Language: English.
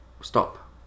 stop